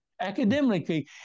Academically